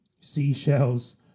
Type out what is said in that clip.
seashells